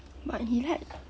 but he like